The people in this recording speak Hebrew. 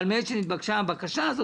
אבל מעת שנתבקשה הבקשה הזאת,